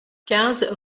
quinze